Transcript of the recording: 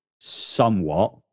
somewhat